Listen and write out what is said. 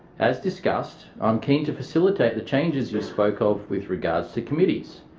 as discussed, i'm keen to facilitate the changes you spoke of with regards to committees.